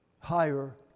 higher